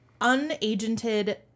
unagented